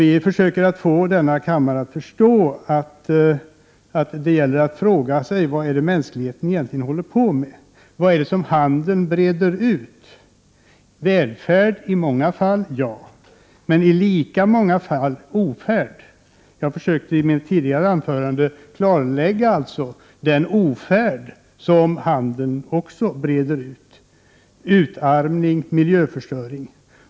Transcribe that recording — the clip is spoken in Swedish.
Vi försöker få denna kammare att förstå att man måste fråga sig vad mänskligheten egentligen håller på med. Vad är det som handeln breder ut? Välfärd i många fall — ja, men i lika många fall ofärd. Jag försökte i mitt tidigare anförande klarlägga den ofärd som handeln också breder ut — utarmning och miljöförstöring.